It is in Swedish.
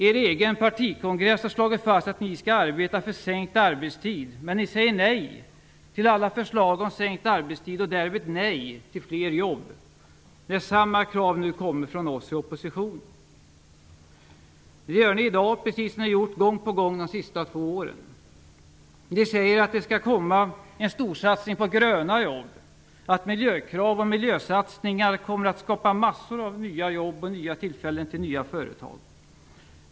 Er egen partikongress har slagit fast att ni skall arbeta för sänkt arbetstid, men ni säger nej till alla förslag om sänkt arbetstid och därmed nej till fler jobb, när samma krav nu kommer från oss i oppositionen! Det gör ni i dag, precis som ni gjort gång på gång de sista två åren. Ni säger att det skall komma en storsatsning på gröna jobb, att miljökrav och miljösatsningar kommer att skapa massor av nya jobb och tillfällen för nya företag.